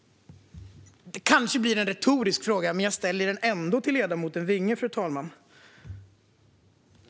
Det kanske blir en retorisk fråga, men jag ställer den ändå till ledamoten Vinge, fru talman.